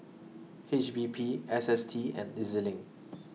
H P B S S T and E Z LINK